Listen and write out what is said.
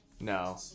No